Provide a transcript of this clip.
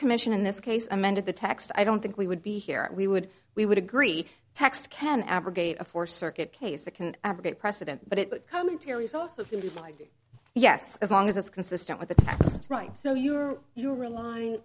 commission in this case amended the text i don't think we would be here we would we would agree text can abrogate a four circuit case that can abrogate precedent but it commentaries also if you like yes as long as it's consistent with the right so you're you're relying